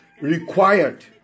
required